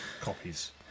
copies